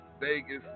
Vegas